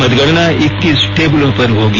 मतगणना इक्कीस टेबलों पर होगी